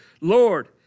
Lord